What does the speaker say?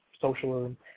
socialism